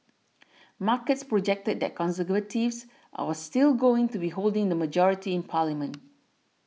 markets projected that Conservatives our still going to be holding the majority in parliament